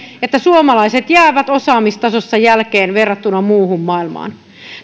että suomalaiset jäävät osaamistasossa jälkeen verrattuna muuhun maailmaan